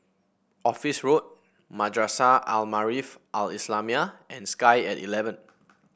Office Road Madrasah Al Maarif Al Islamiah and Sky at eleven